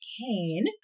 Kane